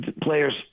players